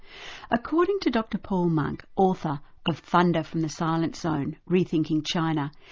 according to dr paul monk, author of thunder from the silent zone rethinking china,